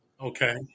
okay